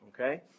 okay